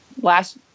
last